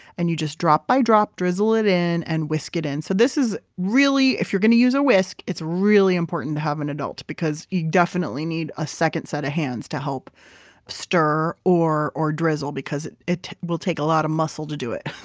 and you just drop by drop, drizzle it in and whisk it in. so this is really, if you're going to use a whisk, it's really important to have an adult because you definitely need a second set of hands to help stir or or drizzle because it it will take a lot of muscle to do it.